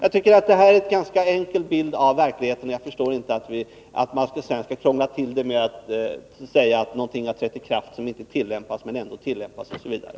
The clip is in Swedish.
Jag tycker att detta är en ganska enkel bild av verkligheten, och jag förstår inte att man skall krångla till det med att säga att någonting har trätt i kraft som inte tillämpas, men ändå tillämpas, osv.